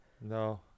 No